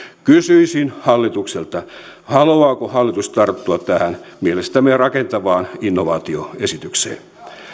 kysyisin hallitukselta haluaako hallitus tarttua tähän mielestämme rakentavaan innovaatioesitykseen